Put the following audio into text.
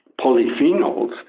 polyphenols